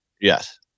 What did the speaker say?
Yes